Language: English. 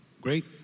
Great